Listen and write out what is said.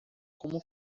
como